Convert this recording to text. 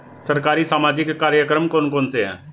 सरकारी सामाजिक कार्यक्रम कौन कौन से हैं?